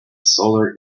solar